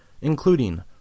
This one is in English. including